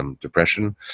depression